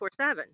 24-7